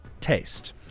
taste